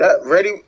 Ready